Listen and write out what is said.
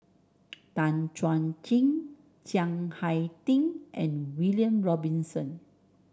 Tan Chuan Jin Chiang Hai Ding and William Robinson